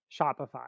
Shopify